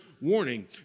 warning